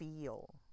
feel